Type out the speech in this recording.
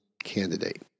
candidate